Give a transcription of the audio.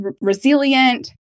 resilient